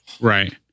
Right